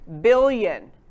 billion